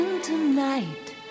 tonight